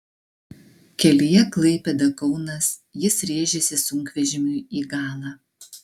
kelyje klaipėda kaunas jis rėžėsi sunkvežimiui į galą